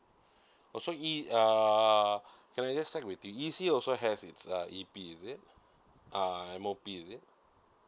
also E err can I just check with you E_C also has its uh E_P is it uh M_O_P is it